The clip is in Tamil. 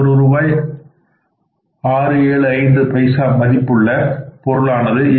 675 ரூபாய் மதிப்புள்ள பொருளானது 7